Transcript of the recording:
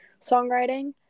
songwriting